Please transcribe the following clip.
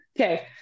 okay